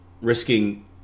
risking